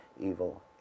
evil